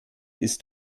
ist